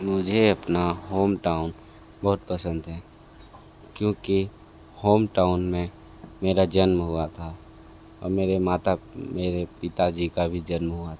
मुझे अपना होमटाउन बहुत पसंद है क्योंकि होमटाउन में मेरा जन्म हुआ था और मेरे माता मेरे पिताजी का भी जन्म हुआ था